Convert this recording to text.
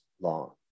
Law